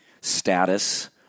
status